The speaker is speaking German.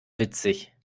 witzig